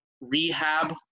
rehab